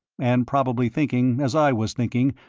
and probably thinking, as i was thinking,